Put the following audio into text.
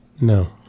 No